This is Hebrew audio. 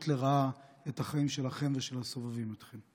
לרעה את החיים שלכם ושל הסובבים אתכם.